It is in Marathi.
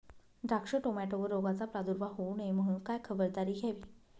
द्राक्ष, टोमॅटोवर रोगाचा प्रादुर्भाव होऊ नये म्हणून काय खबरदारी घ्यावी?